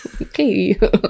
Okay